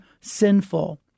sinful